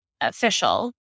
official